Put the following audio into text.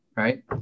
Right